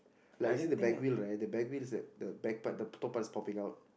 like you see the back view right the back view is like the back part the top part is popping out